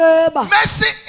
Mercy